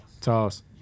Toss